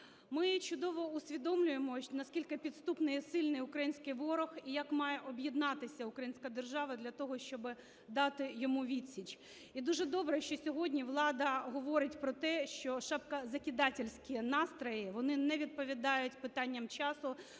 Ми чудово усвідомлюємо, наскільки підступний і сильний український ворог і як має об'єднатися українська держава для того, щоб дати йому відсіч. І дуже добре, що сьогодні влада говорить про те, що шапкозакидательские настрої, вони не відповідають питанням часу,